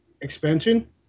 Expansion